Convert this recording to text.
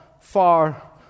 far